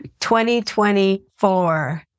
2024